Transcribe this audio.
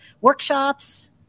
workshops